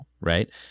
right